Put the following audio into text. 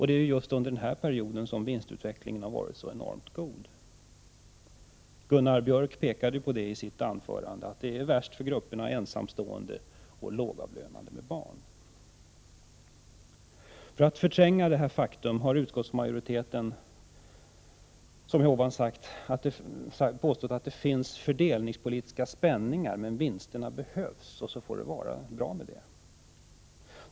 Det är också just under denna period som vinstutvecklingen varit så enormt god. Gunnar Björk framhöll i sitt anförande att det är värst för grupperna ensamstående och lågavlönade med barn. För att förtränga detta faktum har utskottsmajoriteten påstått att det visst finns fördelningspolitiska spänningar, men att vinsterna behövs. Så får det vara bra med det.